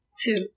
two